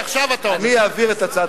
אני אעביר את הצעת החוק.